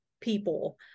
people